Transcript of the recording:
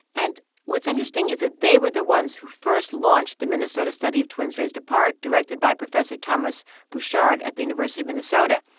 and what's interesting is that they were the ones who first launched the minnesota study of twins raised apart directed by professor thomas bouchard at the university of minnesota.